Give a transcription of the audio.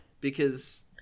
because-